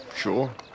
Sure